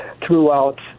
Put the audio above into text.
throughout